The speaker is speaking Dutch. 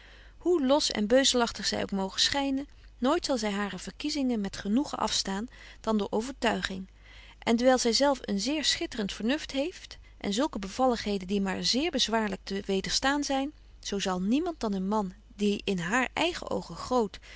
hoe los en beuzelachtig zy ook moge schynen nooit zal zy hare verkiezingen met genoegen afstaan dan door overtuiging en dewyl zy zelf een zeer schitterent vernuft heeft en zulke bevalligheden die maar zéér bezwaarlyk te wederstaan zyn zo zal niemand dan een man die in haar eigen oogen groot